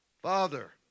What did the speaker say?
Father